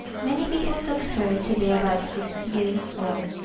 many people took her to be about sixty years old.